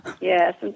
Yes